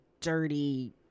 dirty